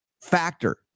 factor